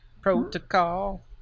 protocol